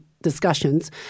discussions